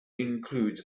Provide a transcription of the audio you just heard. includes